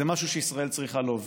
זה משהו שישראל צריכה להוביל.